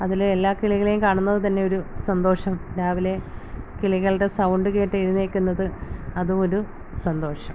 അതില് എല്ലാ കിളികളെയും കാണുന്നത് തന്നെ ഒരു സന്തോഷം രാവിലെ കിളികളുടെ സൗണ്ട് കേട്ടെഴുന്നേൽക്കുന്നത് അതും ഒരു സന്തോഷം